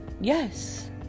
yes